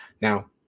Now